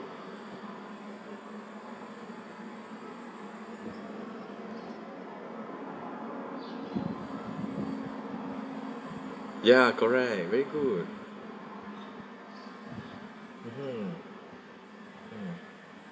ya correct very good mmhmm mm